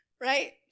right